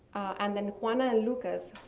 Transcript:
and then juana and lucas,